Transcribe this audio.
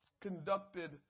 conducted